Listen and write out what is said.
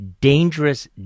dangerous